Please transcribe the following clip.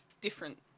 different